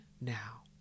now